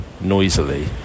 noisily